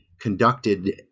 conducted